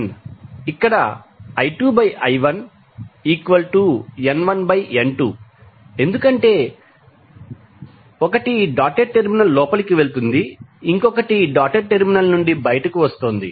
ఇక్కడ I2I1N1N2 ఎందుకంటే 1 dotted terminal లోపలికి వెళుతుంది ఇంకొకటి డాటెడ్ టెర్మినల్ నుండి బయటకు వస్తోంది